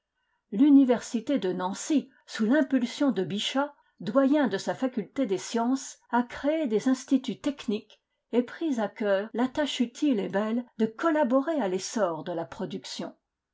l'université de nancy sous l'impulsion de bichat doyen de sa faculté des sciences a créé des instituts techniques et pris à cœur la tâche utile et belle de collaborer à l'essor de la production